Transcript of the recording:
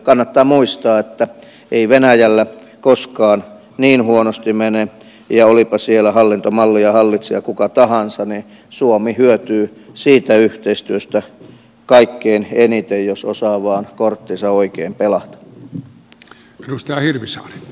kannattaa muistaa että ei venäjällä koskaan niin huonosti mene ja olipa siellä mikä tahansa hallintomalli ja kuka tahansa hallitsija niin suomi hyötyy siitä yhteistyöstä kaikkein eniten jos vain osaa korttinsa oikein pelata